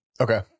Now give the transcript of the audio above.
Okay